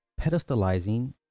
pedestalizing